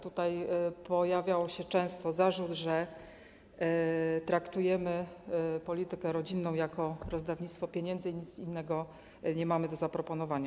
Tutaj pojawiał się często zarzut, że traktujemy politykę rodzinną jako rozdawnictwo pieniędzy i nic innego nie mamy do zaproponowania.